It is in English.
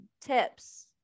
tips